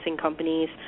companies